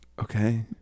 okay